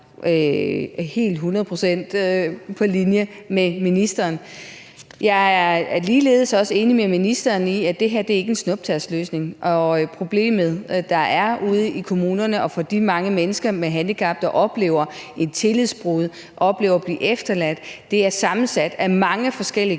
procent på linje med ministeren. Jeg er ligeledes enig med ministeren i, at det her ikke er en snuptagsløsning, og at problemet, der er ude i kommunerne og for de mange mennesker med handicap, der oplever et tillidsbrud og oplever at blive efterladt, er sammensat af mange forskellige